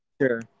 Sure